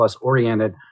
oriented